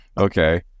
Okay